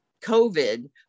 COVID